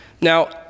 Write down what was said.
Now